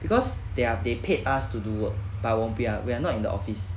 because they are they paid us to do work but 我们不要 we we're not in the office